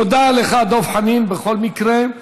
תודה לך, דב חנין, בכל מקרה.